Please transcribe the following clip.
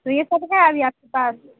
تو یہ سب ہے ابھی آپ کے پاس